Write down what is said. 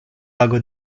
lago